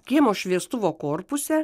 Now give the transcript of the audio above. kiemo šviestuvo korpuse